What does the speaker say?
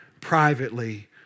privately